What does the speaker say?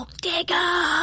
digger